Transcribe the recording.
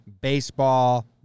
baseball